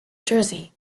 jersey